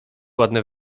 ładne